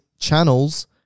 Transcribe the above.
channels